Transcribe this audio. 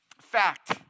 Fact